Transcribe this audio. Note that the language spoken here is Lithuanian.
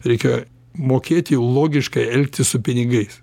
reikia mokėti logiškai elgtis su pinigais